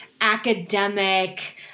academic